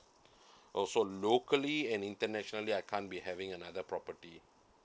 also locally and internationally I can't be having another property